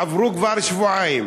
עברו כבר שבועיים,